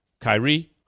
Kyrie